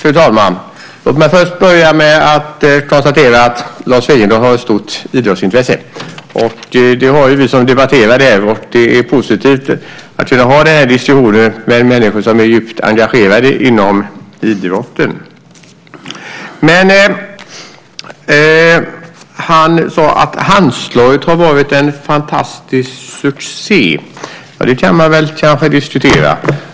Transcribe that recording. Fru talman! Låt mig först börja med att konstatera att Lars Wegendal har ett stort idrottsintresse. Det har vi som debatterar det här. Det är positivt att vi har den här diskussionen med människor som är djupt engagerade inom idrotten. Men han sade att Handslaget har varit en fantastisk succé. Det kan man kanske diskutera.